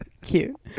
cute